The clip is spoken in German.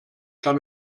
kann